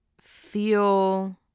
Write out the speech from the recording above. feel